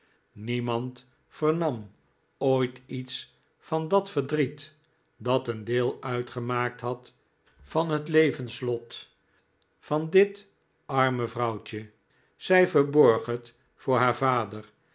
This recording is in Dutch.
niemand vernam ooit iets van dat verdriet dat een deel uitgemaakt had van het levenslot van dit arme vrouwtje zij verborg het voor haar vader